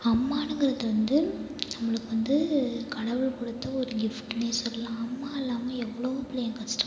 அம்மாங்குறது வந்து நம்மளுக்கு வந்து கடவுள் கொடுத்த ஒரு கிஃப்ட்னு சொல்லலாம் அம்மா இல்லாமல் எவ்வளோவோ பிள்ளைங்க கஷ்டப்பட்டுருப்பாங்க